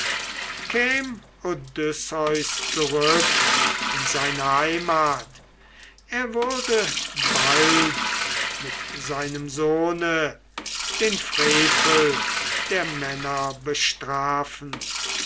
in seine heimat er würde bald mit seinem sohne den frevel der männer bestrafen